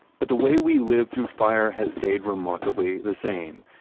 but the way we live through fire has stayed remarkably the same.